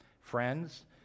friends